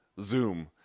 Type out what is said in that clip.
Zoom